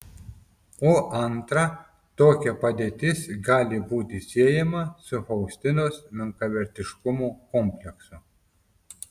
o antra tokia padėtis gali būti siejama su faustinos menkavertiškumo kompleksu